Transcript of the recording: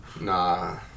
Nah